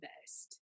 best